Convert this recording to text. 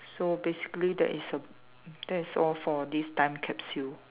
so basically there is a that is all for this time capsule